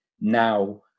now